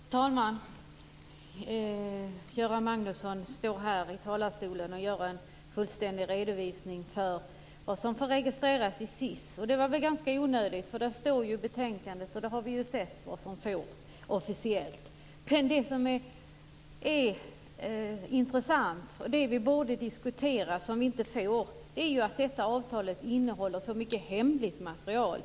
Fru talman! Göran Magnusson stod i talarstolen och lämnade en fullständig redovisning av vad som får registreras i SIS. Det var ganska onödigt, eftersom det stod i betänkandet. Vad som får registreras officiellt har vi ju sett. Men det intressanta som vi borde men inte får diskutera är att avtalet innehåller så mycket hemligt material.